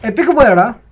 and tijuana